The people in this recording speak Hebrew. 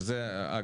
שאגב,